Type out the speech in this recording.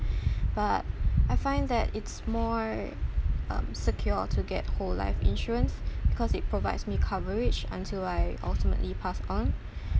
but I find that it's more um secure to get whole life insurance because it provides me coverage until I ultimately pass on